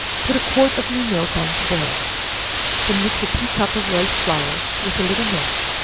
put a quart of new milk on to boil then mix a tea-cup of rice flour with a little milk,